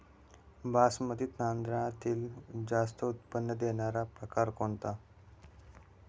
बासमती तांदळातील जास्त उत्पन्न देणारा प्रकार कोणता?